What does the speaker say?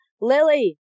Lily